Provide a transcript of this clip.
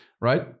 right